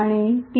आणि 3